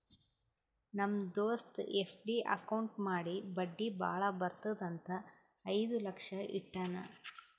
ನಮ್ ದೋಸ್ತ FD account ಮಾಡಿ ಬಡ್ಡಿ ಭಾಳ ಬರ್ತುದ್ ಅಂತ್ ಐಯ್ದ ಲಕ್ಷ ಇಟ್ಟಾನ್